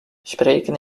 spreken